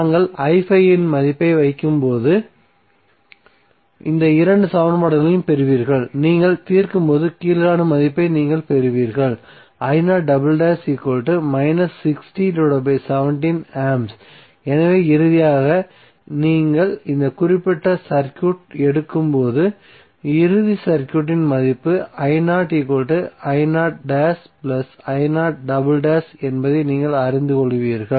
நாங்கள் இன் மதிப்பை வைக்கும்போது இந்த இரண்டு சமன்பாடுகளையும் பெறுவீர்கள் நீங்கள் தீர்க்கும்போது கீழ்காணும் மதிப்பை நீங்கள் பெறுவீர்கள் எனவே இறுதியாக நீங்கள் இந்த குறிப்பிட்ட சர்க்யூட் எடுக்கும் போது இறுதி சர்க்யூட்டின் மதிப்பு என்பதை நீங்கள் அறிந்து கொள்வீர்கள்